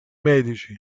medici